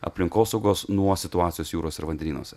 aplinkosaugos nuo situacijos jūros ir vandenynuose